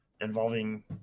involving